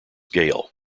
gale